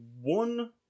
one